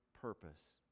purpose